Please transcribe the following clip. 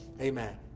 Amen